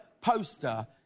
poster